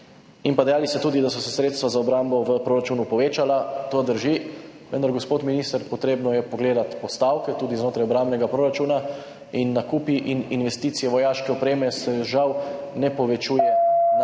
In pa dejali ste tudi, da so se sredstva za obrambo v proračunu povečala. To drži, vendar, gospod minister, potrebno je pogledati postavke tudi znotraj obrambnega proračuna. In nakupi in investicije vojaške opreme se žal ne povečuje na